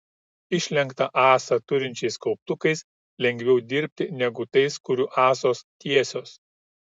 išlenktą ąsą turinčiais kauptukais lengviau dirbti negu tais kurių ąsos tiesios